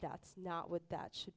that's not with that should